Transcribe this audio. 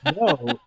No